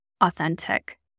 authentic